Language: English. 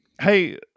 Hey